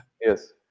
Yes